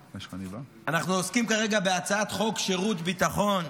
אנחנו עוסקים כרגע בהצעת חוק שירות ביטחון,